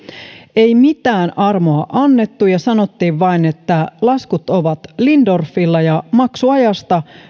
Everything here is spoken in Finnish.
ei mitään armoa annettu ja sanottiin vain että laskut ovat lindorffilla ja maksuajasta